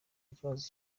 kibazo